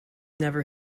never